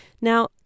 Now